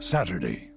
Saturday